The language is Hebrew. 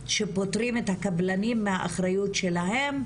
שפותרים את הקבלנים מהאחריות שלהם,